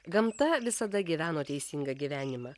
gamta visada gyveno teisingą gyvenimą